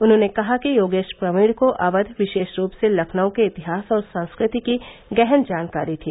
उन्होंने कहा कि योगेश प्रवीण को अवध विशेष रूप से लखनऊ के इतिहास और संस्कृति की गहन जानकारी थी